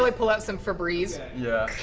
like pull out some febreeze. yeah.